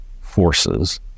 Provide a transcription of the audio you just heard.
forces